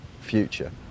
future